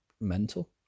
mental